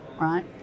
right